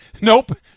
Nope